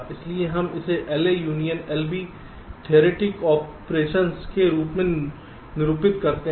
इसलिए हम इसे LA union LB theoretic operations के रूप में निरूपित करते हैं